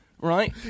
right